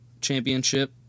championship